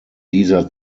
dieser